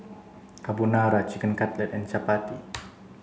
Carbonara Chicken Cutlet and Chapati